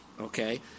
okay